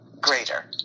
greater